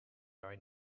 going